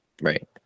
Right